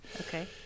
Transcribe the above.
Okay